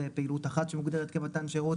זה פעילות אחת שמוגדרת כמתן שירות.